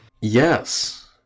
Yes